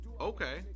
Okay